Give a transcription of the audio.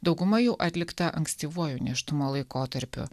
dauguma jų atlikta ankstyvuoju nėštumo laikotarpiu